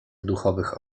duchowych